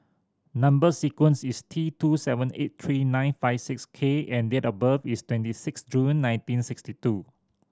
number sequence is T two seven eight three nine five six K and date of birth is twenty six June nineteen sixty two